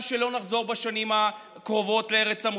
שלא נחזור בשנים הקרובות לארץ המוצא.